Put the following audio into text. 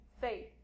faith